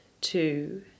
two